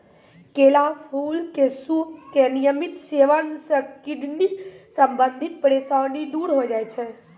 केला फूल के सूप के नियमित सेवन सॅ किडनी संबंधित परेशानी दूर होय जाय छै